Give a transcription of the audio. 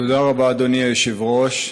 תודה רבה, אדוני היושב-ראש.